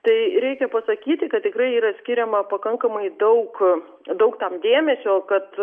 tai reikia pasakyti kad tikrai yra skiriama pakankamai daug daug tam dėmesio kad